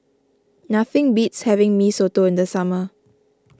nothing beats having Mee Soto in the summer